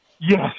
Yes